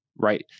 right